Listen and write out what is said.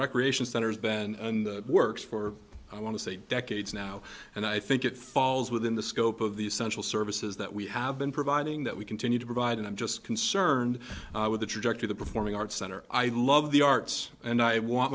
recreation center has been in the works for i want to say decades now and i think it falls within the scope of the essential services that we have been providing that we continue to provide and i'm just concerned with the trajectory the performing arts center i love the arts and i want